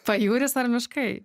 pajūris ar miškai